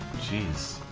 jinx